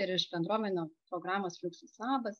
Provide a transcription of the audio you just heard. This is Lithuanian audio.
ir iš bendruomenių programos fluksus labas